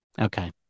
Okay